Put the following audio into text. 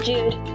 Jude